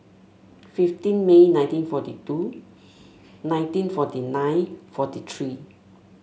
fifteen May nineteen forty two nineteen forty nine forty three